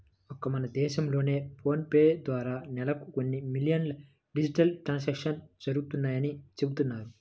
ఒక్క మన దేశంలోనే ఫోన్ పే ద్వారా నెలకు కొన్ని మిలియన్ల డిజిటల్ ట్రాన్సాక్షన్స్ జరుగుతున్నాయని చెబుతున్నారు